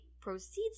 proceeds